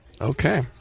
Okay